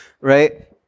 right